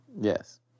Yes